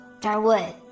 Darwood